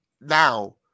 Now